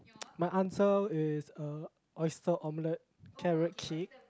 my answer is uh oyster-omelette carrot-cake